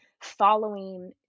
following